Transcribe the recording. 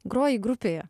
grojai grupėje